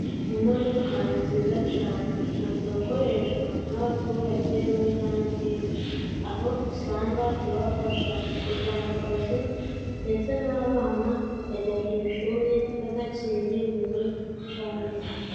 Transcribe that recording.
Imodoka ni nziza cane ikunze gukoreshwa n'abaturage bo hirya no hino, aho usanga ibafasha kujya mu kazi ndetse n'abana bakajya ku ishuri badakererewe cane.